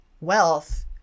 wealth